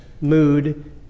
mood